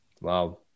wow